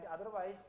otherwise